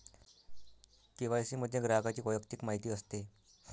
KYC मध्ये ग्राहकाची वैयक्तिक माहिती असते